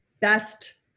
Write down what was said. best